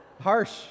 harsh